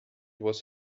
was